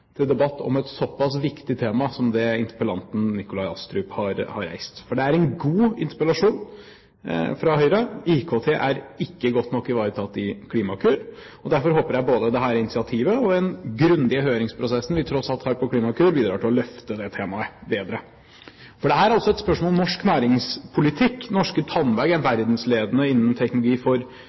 til debatt om et såpass viktig tema som det interpellanten Nikolai Astrup har reist. For det er en god interpellasjon fra Høyre. IKT er ikke godt nok ivaretatt i Klimakur, og derfor håper jeg at både dette initiativet og den grundige høringsprosessen vi tross alt har på Klimakur, bidrar til å løfte det temaet bedre. Dette er altså et spørsmål om norsk næringspolitikk. Norske Tandberg er verdensledende innen teknologi for